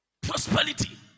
Prosperity